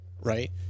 right